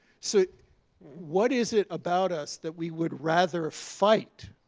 so what is it about us that we would rather fight